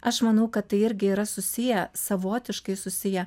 aš manau kad tai irgi yra susiję savotiškai susiję